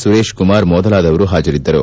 ಸುರೇಶ್ ಕುಮಾರ್ ಮೊದಲಾದವರು ಪಾಜರಿದ್ದರು